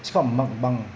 it's called mukbang